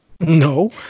no